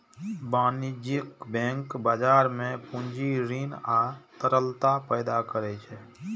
वाणिज्यिक बैंक बाजार मे पूंजी, ऋण आ तरलता पैदा करै छै